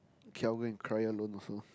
Calvin cry alone also